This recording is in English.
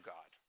God